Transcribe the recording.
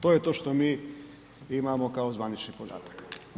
To je to što mi imamo kao zvanični podatak.